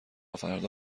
فردا